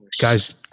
Guys